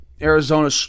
Arizona